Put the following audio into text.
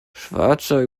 schwarzer